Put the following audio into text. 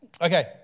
Okay